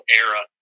era